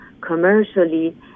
commercially